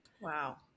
Wow